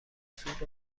صعود